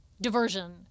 diversion